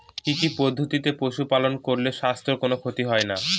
কি কি পদ্ধতিতে পশু পালন করলে স্বাস্থ্যের কোন ক্ষতি হয় না?